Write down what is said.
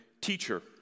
teacher